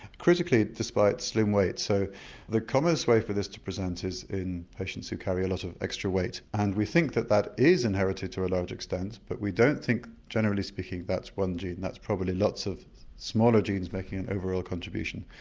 critically despite slim weight so the commonest way for this to present is in patients who carry a lot of extra weight and we think that that is inherited to a large extent but we don't think generally speaking that's one gene, that's probably lots of smaller genes making an overall contribution.